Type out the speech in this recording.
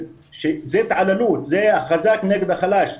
זה התעללות, זה החזק נגד החלש.